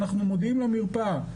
אנחנו מודיעים למרפאה.